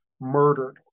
murdered